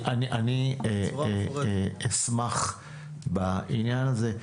אני אשמח בעניין הזה.